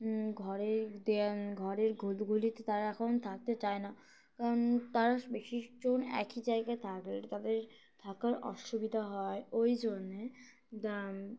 ঘরের দে ঘরের ঘুলঘুলিতে তারা এখন থাকতে চায় না কারণ তারা বেশিজন একই জায়গায় থাকলে তাদের থাকার অসুবিধা হয় ওই জন্যে